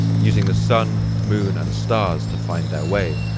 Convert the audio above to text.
using the sun, moon, and stars to find their way,